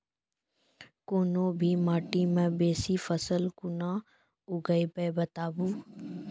कूनू भी माटि मे बेसी फसल कूना उगैबै, बताबू?